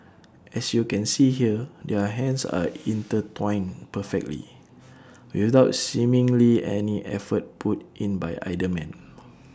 as you can see here their hands are intertwined perfectly without seemingly any effort put in by either man